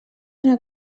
una